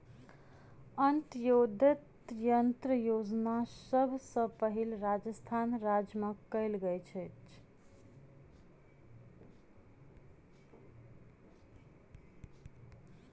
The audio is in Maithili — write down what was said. अन्त्योदय अन्न योजना सभ सॅ पहिल राजस्थान राज्य मे कयल गेल छल